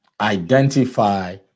identify